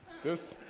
this